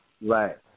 Right